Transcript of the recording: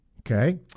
Okay